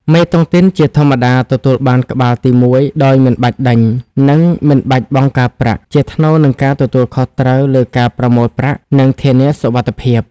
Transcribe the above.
មេតុងទីនជាធម្មតាទទួលបានក្បាលទីមួយដោយមិនបាច់ដេញ និងមិនបាច់បង់ការប្រាក់ ជាថ្នូរនឹងការទទួលខុសត្រូវលើការប្រមូលប្រាក់ និងធានាសុវត្ថិភាព។